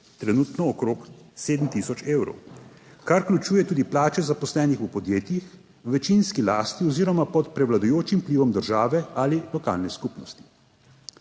(trenutno okrog 7 tisoč evrov), kar vključuje tudi plače zaposlenih v podjetjih v večinski lasti oziroma pod prevladujočim vplivom države ali lokalne skupnosti.